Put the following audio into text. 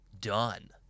Done